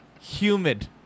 humid